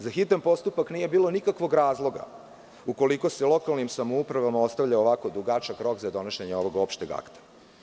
Za hitan postupak nije bilo nikakvog razloga, ukoliko se lokalnim samouprava ostavlja ovako dugačak rok za donošenje ovog opšteg akta.